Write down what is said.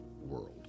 world